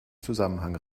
zusammenhang